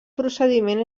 procediment